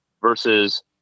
versus